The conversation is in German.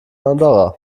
andorra